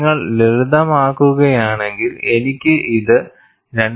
നിങ്ങൾ ലളിതമാക്കുകയാണെങ്കിൽ എനിക്ക് ഇത് 2